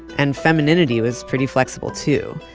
and femininity was pretty flexible too.